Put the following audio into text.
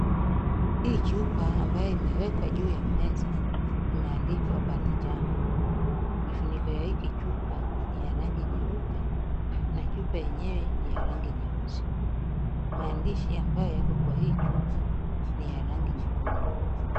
Hii chupa ambayo imewekwa juu ya meza imeandikwa Balijaam. Kifuniko ya hii kichupa ni ya rangi nyeupe na chupa yenyewe ni ya rangi nyeusi .Maandishi ambayo yako kwa hii chupa ni ya rangi nyekundu.